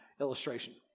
illustration